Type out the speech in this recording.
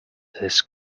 this